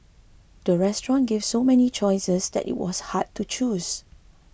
the restaurant gave so many choices that it was hard to choose